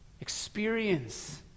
experience